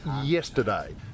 yesterday